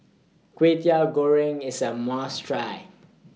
Kwetiau Goreng IS A must Try